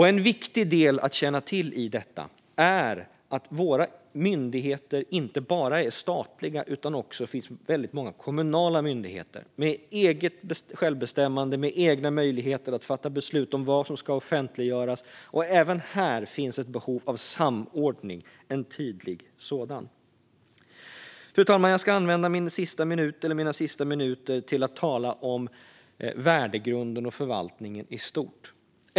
En viktig del att känna till i detta är att våra myndigheter inte bara är statliga utan att det också finns väldigt många kommunala myndigheter med självbestämmande och egna möjligheter att fatta beslut om vad som ska offentliggöras. Även här finns ett behov av samordning - tydlig sådan. Fru talman! Jag ska använda mina sista minuter till att tala om värdegrunden och förvaltningen i stort.